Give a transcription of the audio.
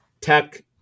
Tech